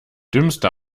dümmste